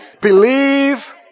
believe